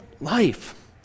life